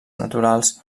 naturals